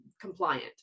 compliant